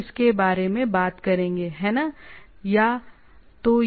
तो हम इसके बारे में बात करेंगे है ना